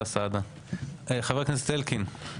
חבר הכנסת אלקין.